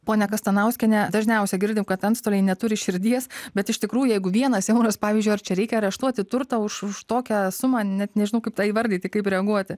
ponia kastanauskiene dažniausiai girdim kad antstoliai neturi širdies bet iš tikrųjų jeigu vienas euras pavyzdžiui ar čia reikia areštuoti turtą už už tokią sumą net nežinau kaip tą įvardyti kaip reaguoti